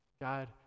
God